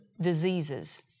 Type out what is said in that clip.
diseases